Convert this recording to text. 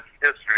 history